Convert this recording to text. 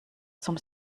zum